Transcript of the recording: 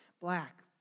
black